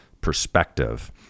perspective